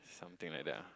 something like that lah